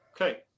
Okay